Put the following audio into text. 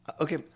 Okay